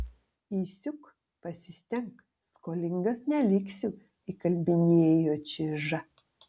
įsiūk pasistenk skolingas neliksiu įkalbinėjo čyžą